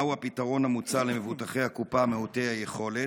מהו הפתרון המוצע למבוטחי הקופה שהם מעוטי יכולת?